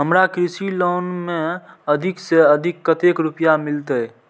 हमरा कृषि लोन में अधिक से अधिक कतेक रुपया मिलते?